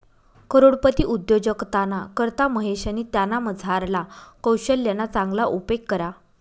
करोडपती उद्योजकताना करता महेशनी त्यानामझारला कोशल्यना चांगला उपेग करा